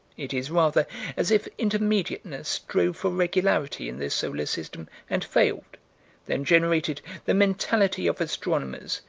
it is rather as if intermediateness strove for regularity in this solar system and failed then generated the mentality of astronomers,